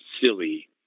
silly